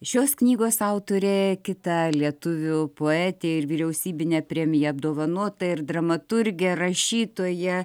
šios knygos autorė kita lietuvių poetė ir vyriausybine premija apdovanota ir dramaturgė rašytoja